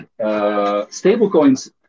stablecoins